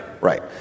Right